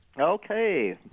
Okay